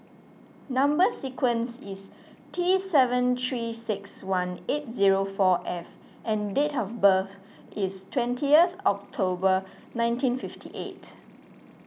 Number Sequence is T seven three six one eight zero four F and date of birth is twentieth October nineteen fifty eight